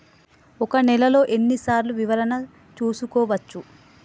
ఒక నెలలో ఎన్ని సార్లు వివరణ చూసుకోవచ్చు?